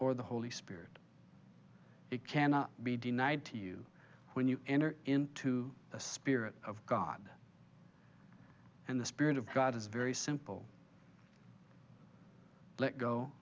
or the holy spirit it cannot be denied to you when you enter into the spirit of god and the spirit of god is very simple let go